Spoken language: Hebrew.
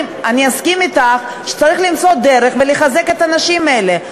אני אסכים אתך שצריך למצוא דרך לחזק את הנשים האלה,